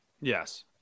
Yes